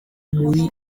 muri